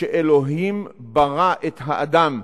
ש"אלוהים ברא את האדם,